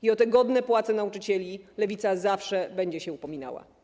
I o te godne płace nauczycieli Lewica zawsze będzie się upominała.